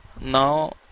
now